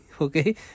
okay